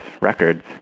records